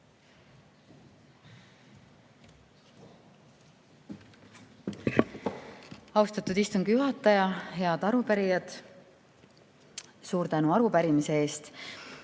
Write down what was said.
Austatud istungi juhataja! Head arupärijad! Suur tänu arupärimise eest!